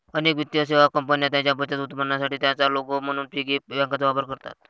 अनेक वित्तीय सेवा कंपन्या त्यांच्या बचत उत्पादनांसाठी त्यांचा लोगो म्हणून पिगी बँकांचा वापर करतात